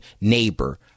neighbor